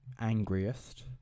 angriest